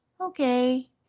okay